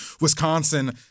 Wisconsin